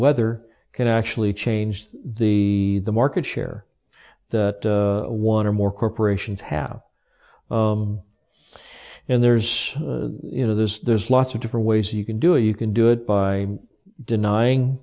weather can actually changed the market share that one or more corporations have and there's you know there's there's lots of different ways you can do it you can do it by denying